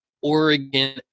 Oregon